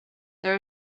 there